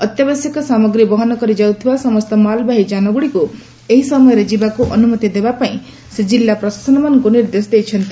ଅତ୍ୟାବଶ୍ୟକ ସାମଗ୍ରୀ ବହନ କରି ଯାଉଥିବା ସମସ୍ତ ମାଲବାହୀ ଯାନଗୁଡ଼ିକୁ ଏହି ସମୟରେ ଯିବାକୁ ଅନୁମତି ଦେବା ପାଇଁ ସେ ଜିଲ୍ଲା ପ୍ରଶାସନମାନଙ୍କୁ ନିର୍ଦ୍ଦେଶ ଦେଇଛନ୍ତି